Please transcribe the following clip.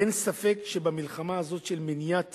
אין ספק שבמלחמה הזאת של מניעת